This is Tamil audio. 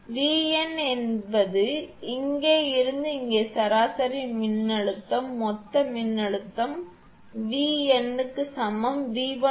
V n என்பது இங்கே இருந்து இங்கே சராசரி மின்னழுத்தம் மொத்த மின்னழுத்தம் V Vn க்கு சமம் V1 𝑉2